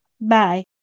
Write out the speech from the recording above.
bye